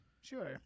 Sure